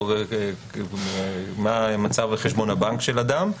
או מה מצב חשבון הבנק של אדם,